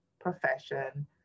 profession